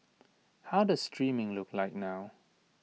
how does streaming look like now